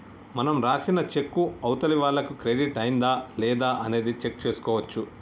మనం రాసిన చెక్కు అవతలి వాళ్లకు క్రెడిట్ అయ్యిందా లేదా అనేది చెక్ చేసుకోవచ్చు